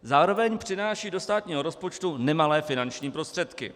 Zároveň přináší do státního rozpočtu nemalé finanční prostředky.